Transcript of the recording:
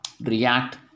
react